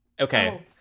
Okay